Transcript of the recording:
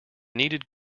needed